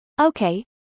Okay